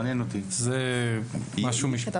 זה משהו משפטי.